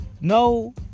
No